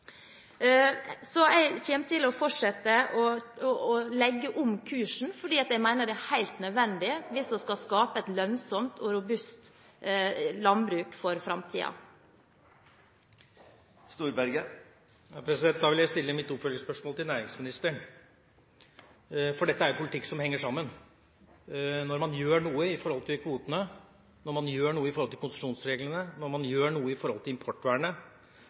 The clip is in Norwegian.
Jeg kommer til å fortsette å legge om kursen, fordi jeg mener det er helt nødvendig hvis vi skal skape et lønnsomt og robust landbruk for framtiden. Da vil jeg stille mitt oppfølgingsspørsmål til næringsministeren, for dette er politikk som henger sammen. Når man gjør noe med kvotene, når man gjør noe med konsesjonsreglene, når man gjør noe med importvernet, er det slik at dette også får betydning for dem som skal motta disse varene og foredle dem videre. Vi har i